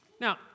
Now